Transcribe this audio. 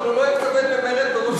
אבל הוא לא התכוון למרד בראש הממשלה נתניהו.